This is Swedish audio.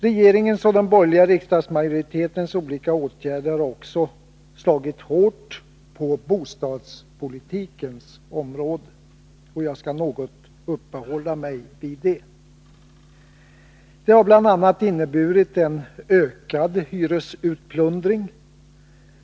Regeringens och den borgerliga riksdagsmajoritetens olika åtgärder har också slagit hårt på bostadspolitikens område, och jag skall något uppehålla mig vid det. Detta har bl.a. inneburit en ökad hyresutplundring.